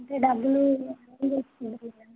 డబ్బులు ఇవి